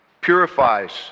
purifies